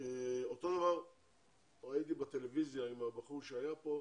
אותו דבר ראיתי בטלוויזיה עם הבחור שהיה פה.